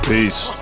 Peace